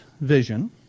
vision